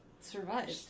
survived